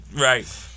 Right